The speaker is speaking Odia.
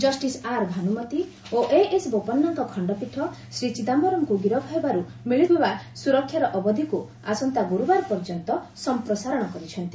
ଜଷ୍ଟିସ୍ ଆର୍ ଭାନୁମତି ଓ ଏଏସ୍ ବୋପନ୍ନାଙ୍କ ଖଣ୍ଡପୀଠ ଶ୍ରୀ ଚିଦାୟରମ୍ଙ୍କୁ ଗିରଫ୍ ହେବାରୁ ମିଳୁଥିବା ସ୍ରରକ୍ଷାର ଅବଧିକ୍ ଆସନ୍ତା ଗ୍ରର୍ରବାର ପର୍ଯ୍ୟନ୍ତ ସମ୍ପ୍ରସାରଣ କରିଛନ୍ତି